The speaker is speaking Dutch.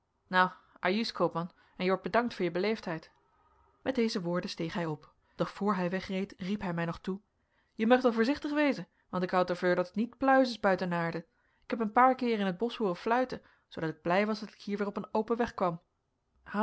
nou ajus koopman en je wordt bedankt veur je beleefdheid met deze woorden steeg hij op doch voor hij wegreed riep hij mij nog toe je meugt wel voorzichtig wezen want ik hou t er veur dat het niet pluis is buiten naarden ik heb een paar keeren in t bosch hooren fluiten zoodat ik blij was dat ik hier weer op den open weg kwam